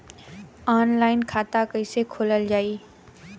Online खाता कईसे खोलल जाई?